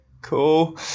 cool